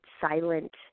silent